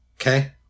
Okay